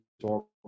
talk